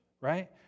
Right